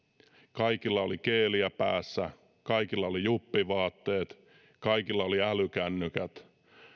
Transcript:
kaikilla oli geeliä päässä kaikilla oli juppivaattet kaikilla oli älykännykät